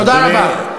תודה רבה.